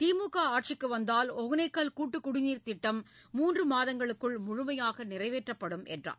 திமுக ஆட்சிக்கு வந்தால் ஒகேனக்கல் கூட்டுக் குடிநீர்த் திட்டம் மூன்று மாதங்களுக்குள் முழுமையாக நிறைவேற்றப்படும் என்றார்